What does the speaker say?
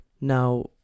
Now